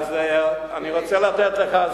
אני רוצה לתת לך,